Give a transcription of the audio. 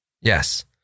Yes